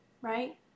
right